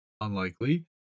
Unlikely